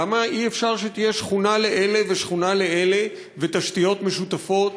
למה אי-אפשר שתהיה שכונה לאלה ושכונה לאלה ותשתיות משותפות